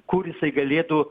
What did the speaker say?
kur jisai galėtų